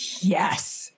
Yes